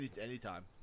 anytime